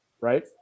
right